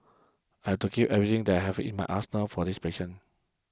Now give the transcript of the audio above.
I had to give everything that I have in my arsenal for these patients